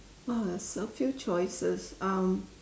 oh it's a few choices um